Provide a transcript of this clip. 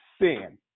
sin